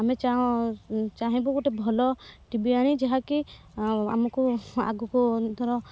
ଆମେ ଚାହିଁବୁ ଗୋଟେ ଭଲ ଟିଭି ଆଣି ଯାହାକି ଆମକୁ ଆଗକୁ ଧର